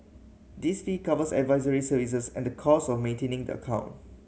this fee covers advisory services and the costs of maintaining the account